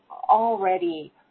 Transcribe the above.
already